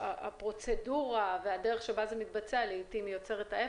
אבל הפרוצדורה והדרך שבה זה מתבצע לעיתים יוצרות את ההפך,